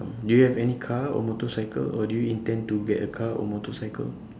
do you have any car or motorcycle or do you intend to get a car or motorcycle